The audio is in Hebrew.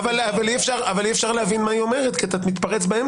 אבל אי אפשר להבין מה היא אומרת כי אתה מתפרץ.